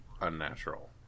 Unnatural